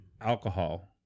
alcohol